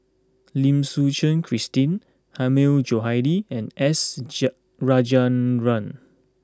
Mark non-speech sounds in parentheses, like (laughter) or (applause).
Lim Suchen Christine Hilmi Johandi and S (unintelligible) Rajendran